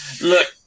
look